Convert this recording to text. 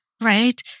right